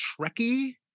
Trekkie